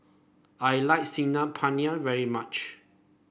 I like Saag Paneer very much